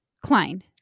Klein